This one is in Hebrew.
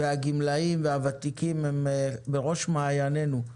כשהגמלאים והוותיקים הם בראש מענייננו.